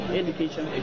education